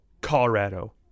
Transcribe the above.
Colorado